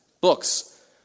books